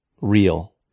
real